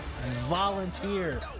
Volunteer